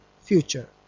future